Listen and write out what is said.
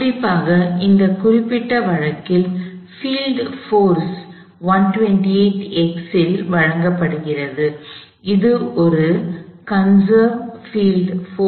குறிப்பாக இந்த குறிப்பிட்ட வழக்கில் பீல்ட் போர்ஸ் field forceவிசை புலம் 128x ஆல் வழங்கப்படுகிறது இது ஒரு கண்சேர்வ் பீல்ட் போர்ஸ் பாதுகாப்பு சக்தி புலம்